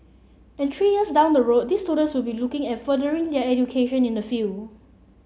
and three years down the road these students will be looking at furthering their education in the field